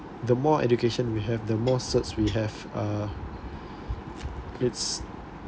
the more education we have the more certs we have uh it's